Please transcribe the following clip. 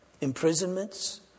imprisonments